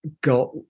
got